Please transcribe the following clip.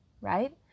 right